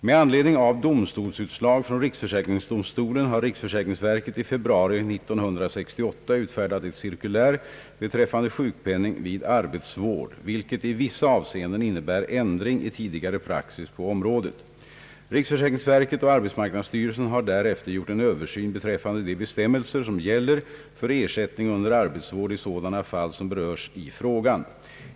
Med anledning av domstolsutslag från försäkringsdomstolen har riksförsäkringsverket i februari 1968 utfärdat ett cirkulär beträffande sjukpenning vid arbetsvård, vilket i vissa avseenden innebär ändring av tidigare praxis på området. Riksförsäkringsverket och = arbetsmarknadsstyrelsen har därefter gjort en översyn beträffande de bestämmelser som gäller för ersättning under arbetsvård i sådana fall som berörs i frågan.